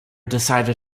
decided